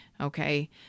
Okay